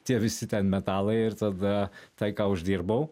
tie visi ten metalai ir tada tai ką uždirbau